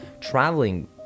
traveling